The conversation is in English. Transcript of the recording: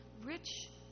Rich